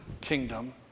kingdom